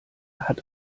hat